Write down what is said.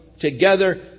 together